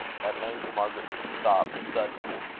at length, margaret stopped suddenly,